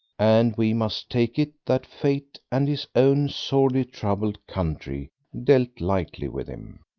and we must take it that fate and his own sorely troubled country dealt lightly with him.